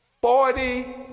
Forty